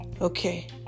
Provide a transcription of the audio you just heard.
Okay